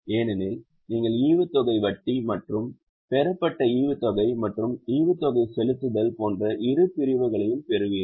ஏனெனில் நீங்கள் ஈவுத்தொகை வட்டி மற்றும் பெறப்பட்ட ஈவுத்தொகை மற்றும் ஈவுத்தொகை செலுத்துதல் போன்ற இரு பிரிவுகளையும் பெறுவீர்கள்